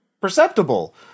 perceptible